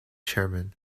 chairman